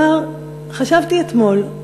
חשבתי על כך אתמול,